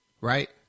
Right